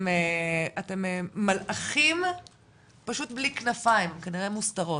אתם מלאכים פשוט בלי כנפיים, כנראה הן מסותרות,